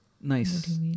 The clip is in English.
Nice